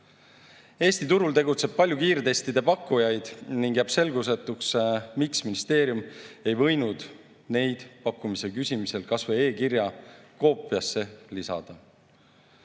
Eesti turul tegutseb palju kiirtestide pakkujaid ning jääb selgusetuks, miks ministeerium ei võinud neid pakkumise küsimisel kas või e-kirja koopiasse lisada.